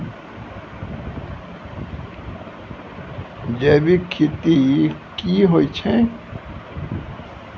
जैविक खेती की होय छै?